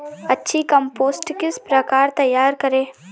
अच्छी कम्पोस्ट किस प्रकार तैयार करें?